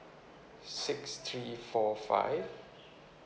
six three four five